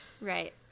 right